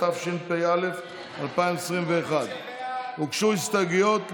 התשפ"א 2021. הוגשו הסתייגויות.